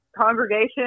congregation